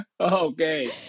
okay